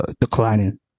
declining